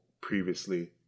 previously